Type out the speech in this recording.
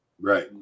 Right